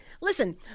Listen